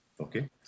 Okay